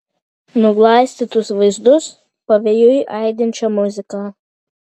nuglaistytus vaizdus pavėjui aidinčią muziką